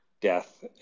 death